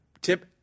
Tip